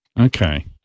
Okay